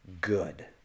good